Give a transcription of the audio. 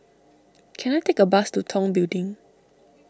can I take a bus to Tong Building